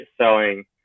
selling